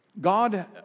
God